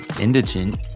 indigent